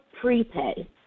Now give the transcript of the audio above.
prepay